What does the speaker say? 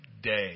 day